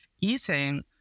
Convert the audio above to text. eating